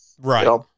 Right